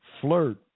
flirt